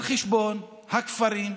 על חשבון הכפרים הסמוכים.